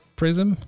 prism